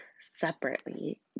separately